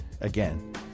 Again